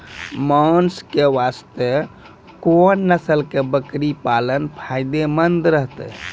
मांस के वास्ते कोंन नस्ल के बकरी पालना फायदे मंद रहतै?